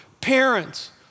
Parents